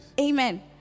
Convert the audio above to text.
Amen